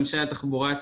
ו?